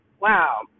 Wow